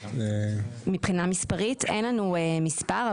מבחינה מספרית אין לנו מספר.